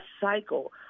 cycle